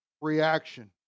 reaction